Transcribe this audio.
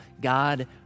God